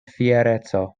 fiereco